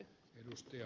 herra puhemies